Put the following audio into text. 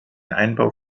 einbau